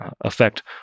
effect